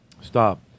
Stop